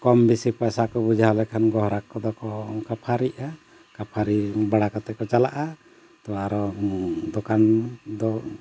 ᱠᱚᱢ ᱵᱤᱥᱤ ᱯᱚᱭᱥᱟ ᱠᱚ ᱵᱩᱡᱷᱟᱹᱣ ᱞᱮᱠᱷᱟᱱ ᱜᱨᱟᱦᱚᱠ ᱠᱚᱫᱚ ᱠᱚ ᱠᱷᱟᱹᱯᱟᱹᱨᱤᱜᱼᱟ ᱠᱷᱟᱹᱯᱟᱹᱨᱤ ᱵᱟᱲᱟ ᱠᱟᱛᱮᱫ ᱠᱚ ᱪᱟᱞᱟᱜᱼᱟ ᱛᱚ ᱟᱨᱚ ᱫᱚᱠᱟᱱ ᱫᱚ